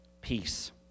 peace